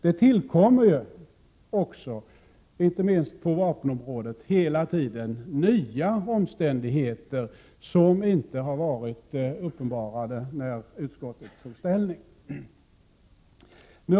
Det tillkommer ju också, inte minst på vapenområdet, hela tiden nya omständigheter som inte har varit uppenbarade när utskottet tog ställning.